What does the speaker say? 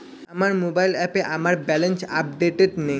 আমার মোবাইল অ্যাপে আমার ব্যালেন্স আপডেটেড নেই